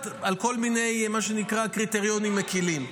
על כל מיני מה שנקרא קריטריונים מקילים.